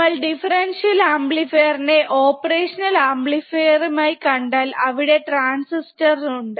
നമ്മൾ differential amplifier നെ operational അമ്പ്ലിഫീർമായി കണ്ടാൽ അവിടെ ട്രാൻസിസ്റ്റർസ് ഉണ്ട്